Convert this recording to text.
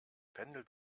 pendel